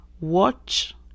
watch